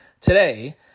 today